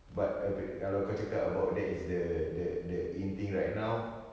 but err pri~ kalau kau cakap about that is the the the in thing right now